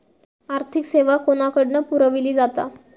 आर्थिक सेवा कोणाकडन पुरविली जाता?